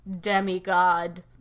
demigod